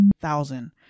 thousand